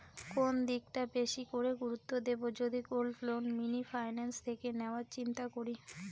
কোন দিকটা বেশি করে গুরুত্ব দেব যদি গোল্ড লোন মিনি ফাইন্যান্স থেকে নেওয়ার চিন্তা করি?